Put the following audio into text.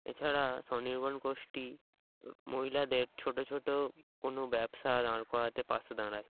এছাড়া স্বনির্ভর গোষ্ঠী ও মহিলাদের ছোট ছোট কোনো ব্যবসা দাঁড় করাতে পাশে দাঁড়ায়